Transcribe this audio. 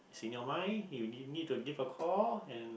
in your mind you need need to give a call and